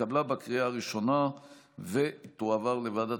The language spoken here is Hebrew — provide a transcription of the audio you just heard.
התקבלה בקריאה הראשונה ותועבר לוועדת